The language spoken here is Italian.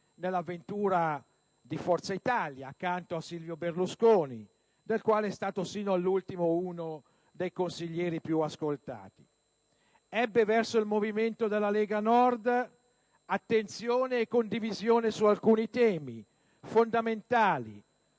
nell'avventura di Forza Italia, accanto a Silvio Berlusconi, del quale è stato sino all'ultimo uno dei consiglieri più ascoltati. Verso il movimento della Lega Nord ebbe attenzione e condivisione di alcuni temi fondamentali,